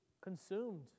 consumed